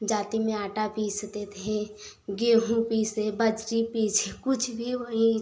जाती में आटा पीसते थे गेहूँ पीसें बजरी पीसे कुछ भी वहीं